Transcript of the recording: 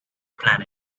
planet